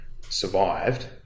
survived